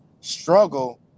struggle